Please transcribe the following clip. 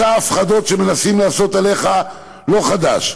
מסע ההפחדות שמנסים לעשות עליך לא חדש.